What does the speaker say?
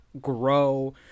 grow